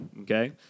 Okay